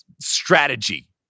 strategy